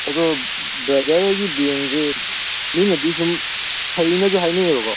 ꯑꯗꯣ ꯕ꯭ꯔꯗꯔ ꯍꯣꯏꯒꯤ ꯕꯦꯡꯁꯦ ꯃꯤꯅꯗꯤ ꯁꯨꯝ ꯐꯩꯅꯁꯨ ꯍꯥꯏꯅꯩꯑꯕꯀꯣ